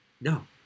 No